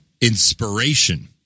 inspiration